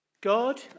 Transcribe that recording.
God